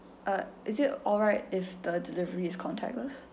is it alright if the delivery is contactless